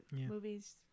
movies